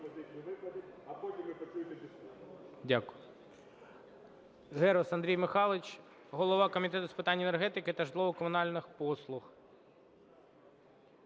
Дякую.